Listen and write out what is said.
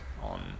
on